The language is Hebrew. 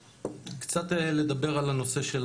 קצת לדבר על הנושא של